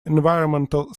environmental